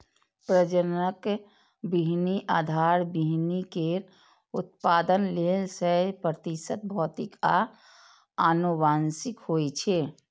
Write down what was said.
प्रजनक बीहनि आधार बीहनि केर उत्पादन लेल सय प्रतिशत भौतिक आ आनुवंशिक होइ छै